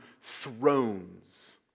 thrones